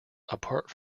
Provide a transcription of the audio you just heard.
apart